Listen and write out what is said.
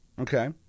okay